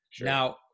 Now